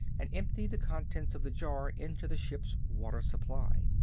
and emptied the contents of the jar into the ship's water supply.